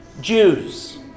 Jews